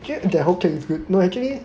金营 their hotcake is good but actually